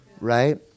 Right